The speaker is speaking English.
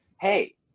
hey